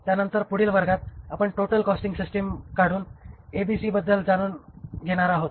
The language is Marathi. त्या नंतर पुढील वर्गात आपण टोटल कॉस्टिंग सिस्टिम काढून ABC बद्दल जाणून घेणार आहोत